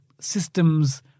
systems